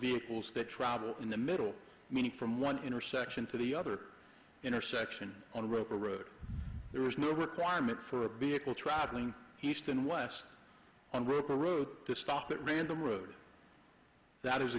vehicles that travel in the middle meaning from one intersection to the other intersection on roper road there is no requirement for be it will traveling east and west on roper road to stop at random road that is